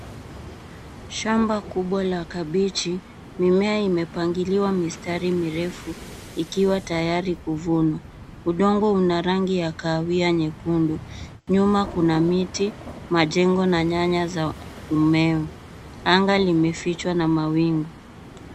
Shamba kubwa la kabichi, mimea imepangiliwa mistari mirefu, ikiwa tayari kuvunwa. Udongo una rangi ya kahawia nyekundu, nyuma kuna miti majengo na nyanya za umeo. Anga limefichwa na mawingu.